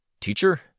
Teacher